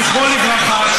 זכרו לברכה,